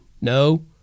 No